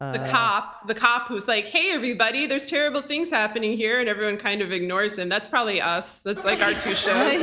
the cop. the cop who's like, hey everybody, there's terrible things happening here, and everyone kind of ignores him. that's probably us. that's like our two shows.